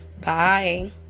Bye